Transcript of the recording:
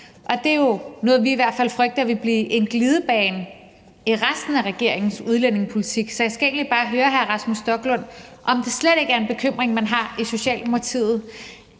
Det er noget, vi i hvert fald frygter vil blive en glidebane i forhold til resten af regeringens udlændingepolitik. Så jeg skal egentlig bare høre hr. Rasmus Stoklund, om det slet ikke er en bekymring, man har i Socialdemokratiet,